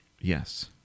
Yes